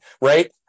right